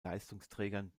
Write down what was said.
leistungsträgern